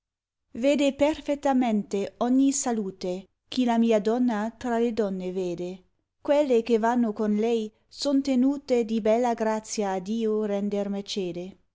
ede perfettamente ogni salute chi la mia donna tra le donne vede quelle che vanno con lei son tenute di bella grazia a dio render